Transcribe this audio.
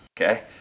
Okay